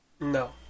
No